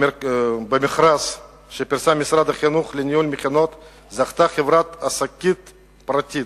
במכרז שפרסם משרד החינוך לניהול מכינות זכתה חברה עסקית פרטית.